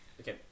Okay